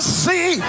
see